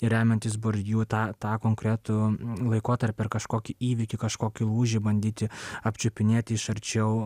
ir remiantis bordiu tą tą konkretų laikotarpį per kažkokį įvykį kažkokį lūžį bandyti apčiupinėti iš arčiau